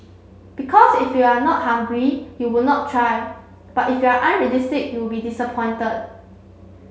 because if you are not hungry you would not try but if you are unrealistic you would be disappointed